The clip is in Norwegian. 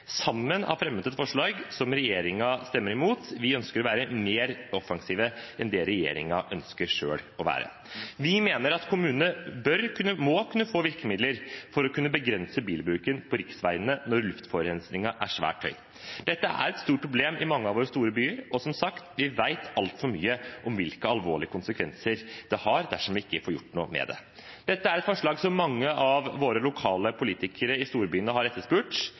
sammen har fremmet et forslag til vedtak som regjeringen stemmer imot. Vi ønsker å være mer offensive enn det regjeringspartiene selv ønsker å være. Vi mener at kommunene må kunne få virkemidler for å kunne begrense bilbruken på riksveiene når luftforurensingen er svært høy. Dette er et stort problem i mange av våre store byer, og som sagt, vi vet altfor mye om hvilke alvorlige konsekvenser det har dersom vi ikke får gjort noe med det. Dette er et forslag som mange av våre lokale politikere i storbyene har etterspurt.